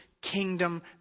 kingdom